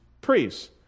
priests